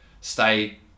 stay